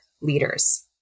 leaders